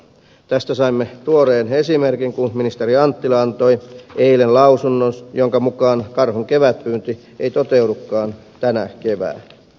tästä saimme tuoreen esimerkin kun ministeri anttila antoi eilen lausunnon jonka mukaan karhun kevätpyynti ei toteudukaan tänä keväänä